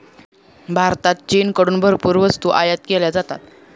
भारतात चीनकडून भरपूर वस्तू आयात केल्या जातात